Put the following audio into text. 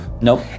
nope